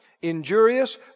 injurious